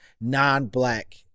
non-black